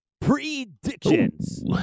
predictions